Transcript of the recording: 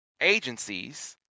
agencies